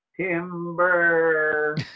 Timber